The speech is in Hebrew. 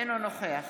אינו נוכח